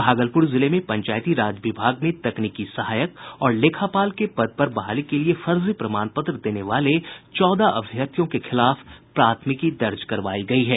भागलपुर जिले में पंचायती राज विभाग में तकनीकी सहायक और लेखापाल के पद पर बहाली के लिए फर्जी प्रमाण पत्र देने वाले चौदह अभ्यर्थियों के खिलाफ प्राथमिकी दर्ज करवायी गयी है